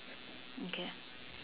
okay